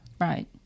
Right